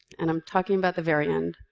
and i'm talking about the very end.